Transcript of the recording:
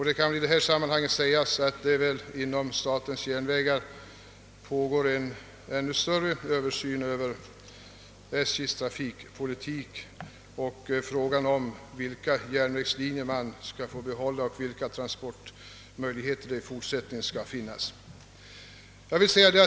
Det kan då i sammanhanget nämnas att det inom statens järnvägar pågår en ännu större översyn av SJ:s trafikpolitik, gällande bl.a. vilka järnvägslinjer vi skall få behålla och vilka transportmöjligheter som framdeles skall finnas.